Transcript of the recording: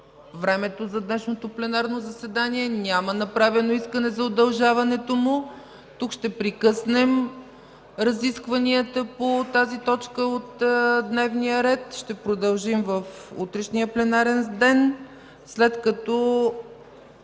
времето за днешното пленарно заседание мина, няма направено искане за удължаването му. Тук ще прекъснем разискванията по тази точка от дневния ред, ще продължим в утрешния пленарен ден, след като